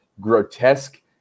grotesque